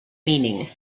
meaning